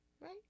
right